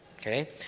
Okay